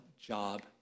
job